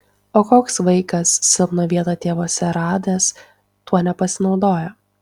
o koks vaikas silpną vietą tėvuose radęs tuo nepasinaudoja